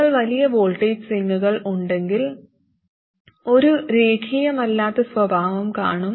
നിങ്ങൾ വലിയ വോൾട്ടേജ് സ്വിംഗുകൾ ഉണ്ടെങ്കിൽ ഒരു രേഖീയമല്ലാത്ത സ്വഭാവo കാണും